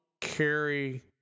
carry